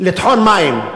לטחון מים.